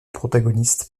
protagoniste